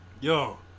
Yo